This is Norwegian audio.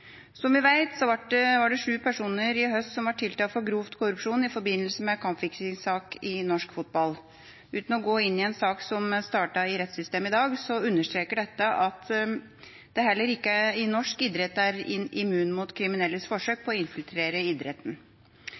Som vi vet, ble sju personer i høst tiltalt for grov korrupsjon i forbindelse med en kampfiksingssak i norsk fotball. Uten å gå inn på en sak som startet i rettssystemet i dag, understreker dette at heller ikke norsk idrett er immun mot kriminelles forsøk på å infiltrere idretten.